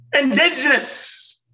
Indigenous